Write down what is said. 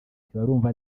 ntibarumva